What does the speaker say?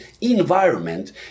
environment